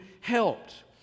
helped